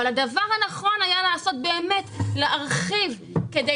אבל הדבר הנכון לעשות היה להרחיב כדי